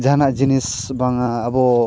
ᱡᱟᱦᱟᱱᱟᱜ ᱡᱤᱱᱤᱥ ᱵᱟᱝᱟ ᱟᱵᱚ